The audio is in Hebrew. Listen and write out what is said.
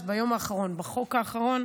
אז ביום האחרון, בחוק האחרון,